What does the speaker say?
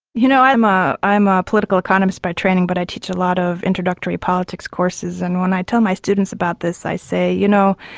you know, i'm ah a ah political economist by training but i teach a lot of introductory politics courses. and when i tell my students about this i say, you know,